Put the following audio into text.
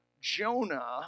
Jonah